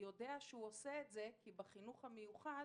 יודע שהוא עושה את זה כי בחינוך המיוחד